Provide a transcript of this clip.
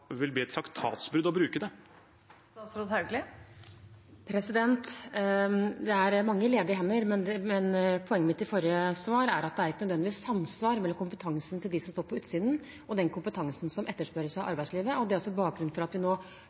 vil være et traktatbrudd å bruke det? Det er mange ledige hender, men poenget i mitt forrige svar er at det ikke nødvendigvis er samsvar mellom kompetansen til dem som står på utsiden, og den kompetansen som etterspørres av arbeidslivet. Det er også bakgrunnen for at vi nå